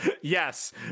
Yes